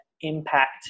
impact